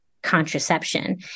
contraception